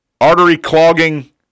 artery-clogging